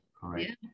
Correct